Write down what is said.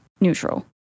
neutral